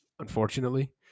unfortunately